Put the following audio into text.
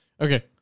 Okay